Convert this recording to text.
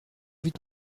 vite